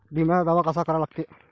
बिम्याचा दावा कसा करा लागते?